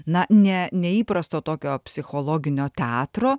na ne neįprasto tokio psichologinio teatro